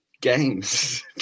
games